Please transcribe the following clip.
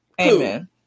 Amen